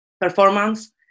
performance